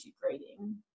grading